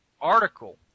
article